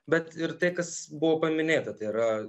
bet ir tai kas buvo paminėta tai yra